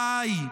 די.